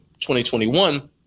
2021